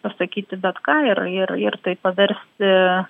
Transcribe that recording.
pasakyti bet ką ir ir ir tai paversti